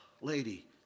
lady